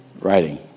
writing